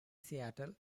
seattle